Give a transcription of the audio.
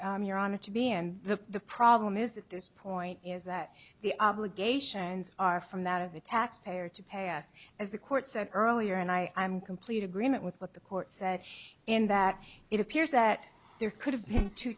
position you're on it to be and the the problem is at this point is that the obligations are from that of the taxpayer to pay us as the court said earlier and i am complete agreement with what the court said in that it appears that there could have